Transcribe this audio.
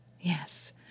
Yes